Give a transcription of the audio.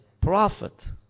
Prophet